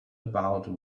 about